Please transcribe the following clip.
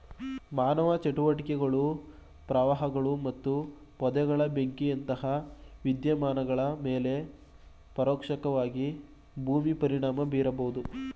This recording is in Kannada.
ಮಾನವ ಚಟುವಟಿಕೆಗಳು ಪ್ರವಾಹಗಳು ಮತ್ತು ಪೊದೆಗಳ ಬೆಂಕಿಯಂತಹ ವಿದ್ಯಮಾನಗಳ ಮೇಲೆ ಪರೋಕ್ಷವಾಗಿ ಭೂಮಿ ಪರಿಣಾಮ ಬೀರಬಹುದು